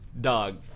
Dog